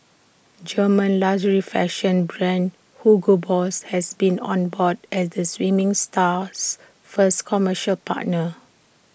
German luxury fashion brand Hugo boss has been on board as the swimming star's first commercial partner